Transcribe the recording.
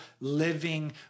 living